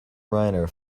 reiner